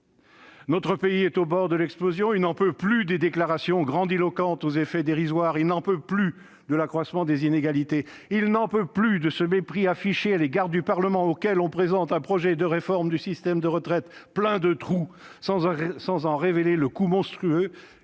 Notre pays est au bord de l'explosion. Il n'en peut plus des déclarations grandiloquentes aux effets dérisoires. Il n'en peut plus de l'accroissement des inégalités. Il n'en peut plus de ce mépris affiché à l'égard du Parlement, auquel on présente un projet de réforme du système de retraites plein de trous, sans en révéler le coût monstrueux